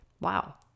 wow